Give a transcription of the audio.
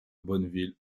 bonneville